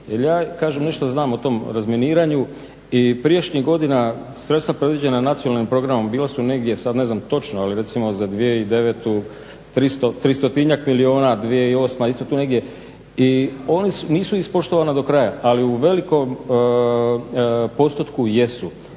nešto znam o tom razminiranju i prijašnjih godina sredstva predviđena nacionalnim programom bila su negdje sada ne znam točno ali recimo za 2009. 300-njak milijuna, 2008.isto tu negdje i oni nisu ispoštovana do kraja, ali u velikom postotku jesu.